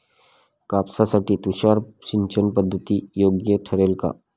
कापसासाठी तुषार सिंचनपद्धती योग्य ठरेल का?